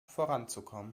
voranzukommen